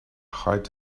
height